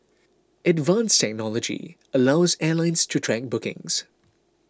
advanced technology allows airlines to track bookings